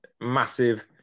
massive